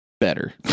Better